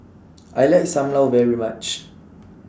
I like SAM Lau very much